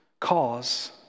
cause